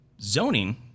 Zoning